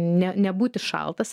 ne nebūti šaltas